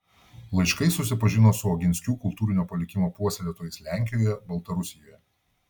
laiškais susipažino su oginskių kultūrinio palikimo puoselėtojais lenkijoje baltarusijoje